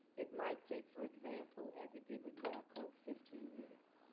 it might take, for example, as it did with norco, fifteen years.